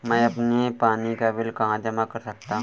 मैं अपने पानी का बिल कहाँ जमा कर सकता हूँ?